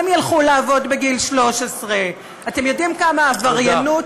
הם ילכו לעבוד בגיל 13. אתם יודעים כמה עבריינות,